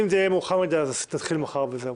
אם זה יהיה מאוחר מדי אז נתחיל מחר וזהו.